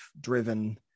driven